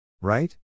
Right